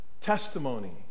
testimony